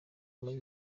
muri